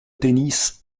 tennis